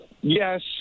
yes